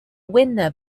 winner